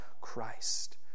Christ